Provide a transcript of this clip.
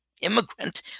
immigrant